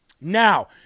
Now